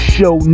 Show